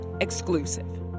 exclusive